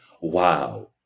Wow